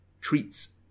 treats